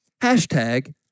Hashtag